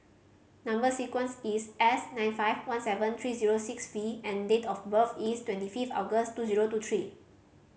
number sequence is S nine five one seven three zero six V and date of birth is twenty fifth August two zero two three